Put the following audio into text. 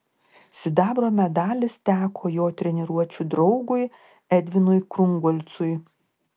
sidabro medalis teko jo treniruočių draugui edvinui krungolcui